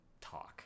talk